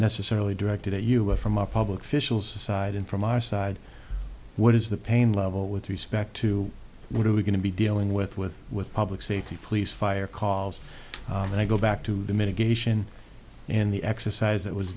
necessarily directed at us from our public officials aside and from our side what is the pain level with respect to what are we going to be dealing with with with public safety police fire calls and i go back to the mitigation in the exercise that was